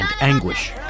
anguish